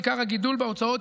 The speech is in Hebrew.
בעיקר הגידול בהוצאות,